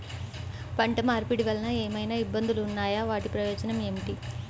పంట మార్పిడి వలన ఏమయినా ఇబ్బందులు ఉన్నాయా వాటి ప్రయోజనం ఏంటి?